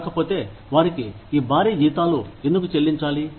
కాకపోతే వారికి ఈ భారీ జీతాలు ఎందుకు చెల్లించాలి